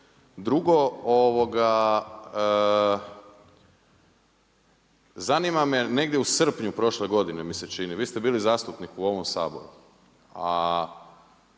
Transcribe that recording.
Drugo, zanima me negdje u srpnju prošle godine mi se čini, vi ste bili zastupnik u ovom Saboru,